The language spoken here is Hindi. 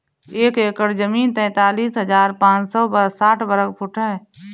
एक एकड़ जमीन तैंतालीस हजार पांच सौ साठ वर्ग फुट है